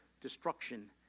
destruction